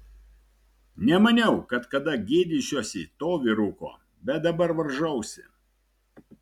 nemaniau kad kada gėdysiuosi to vyruko bet dabar varžausi